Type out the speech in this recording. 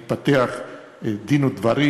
התפתח דין ודברים.